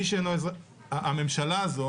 הממשלה הזו